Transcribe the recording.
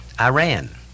Iran